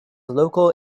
local